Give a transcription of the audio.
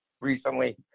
recently